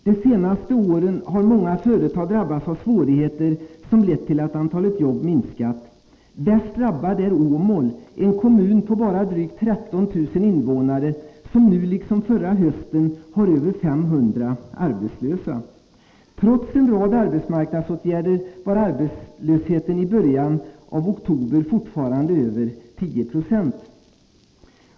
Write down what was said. De senaste åren har många företag drabbats av svårigheter som lett till att antalet jobb minskat. Värst drabbat är Åmål, en kommun på bara drygt 13 000 invånare, som nu liksom förra hösten har över 500 arbetslösa. Trots en rad arbetsmarknadsåtgärder var arbetslösheten i början av oktober fortfarande över 10 96.